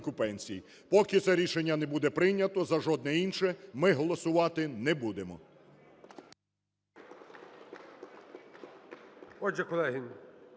Поки це рішення не буде прийнято, за жодне інше ми голосувати не будемо.